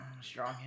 Strong